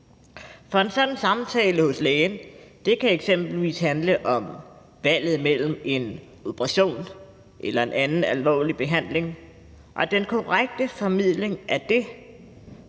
For en sådan samtale hos lægen kan eksempelvis handle om valget mellem en operation eller en anden alvorlig behandling, og den korrekte formidling af det